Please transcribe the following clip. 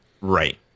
Right